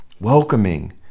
welcoming